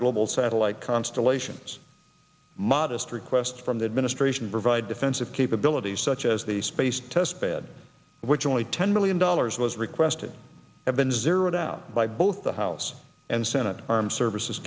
global satellite constellations modest request from the administration provide defensive capabilities such as the space test bed which only ten million dollars was requested have been zeroed out by both the house and senate armed services